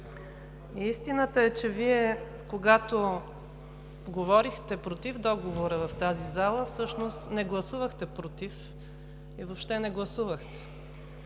Истината е, че Вие, когато говорихте против Договора в тази зала, всъщност не гласувахте „против“, а въобще не гласувахте.